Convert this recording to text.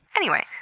anyway.